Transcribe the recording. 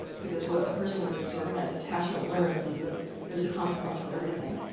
because what a person with a disorganized attachment learns is that there's a consequence for everything.